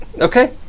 Okay